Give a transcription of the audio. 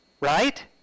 Right